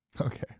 Okay